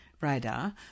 radar